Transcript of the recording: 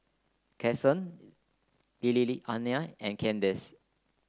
Kason Lillianna and Kaydence